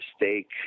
mistake